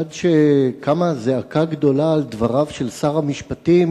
עד שקמה זעקה גדולה על דבריו של שר המשפטים